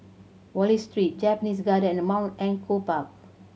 Wallich Street Japanese Garden and Mount Echo Park